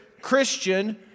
Christian